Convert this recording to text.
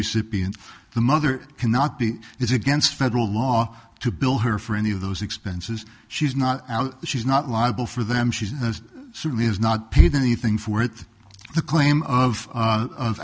recipients the mother cannot be is against federal law to bill her for any of those expenses she's not she's not liable for them she's this soon is not paid anything for it the claim of